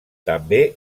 també